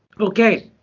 okay.